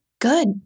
good